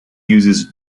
uses